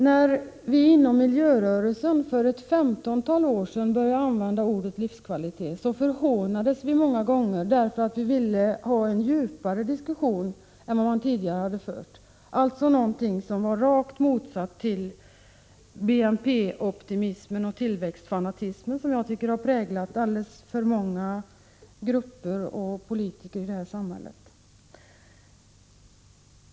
När vi inom miljörörelsen för ett femtontal år sedan började använda ordet livskvalitet förhånades vi många gånger därför att vi ville ha en djupare diskussion än den som tidigare hade förts, dvs. något som var raka motsatsen till BNP-optimismen och tillväxtfanatismen, som jag tycker har präglat alltför många grupper och politiker i detta samhälle.